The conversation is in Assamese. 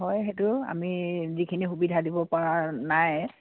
হয় সেইটো আমি যিখিনি সুবিধা দিবপৰা নাই